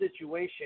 situation